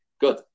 Good